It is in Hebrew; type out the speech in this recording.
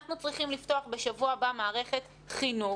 אנחנו צריכים לפתוח בשבוע הבא מערכת חינוך.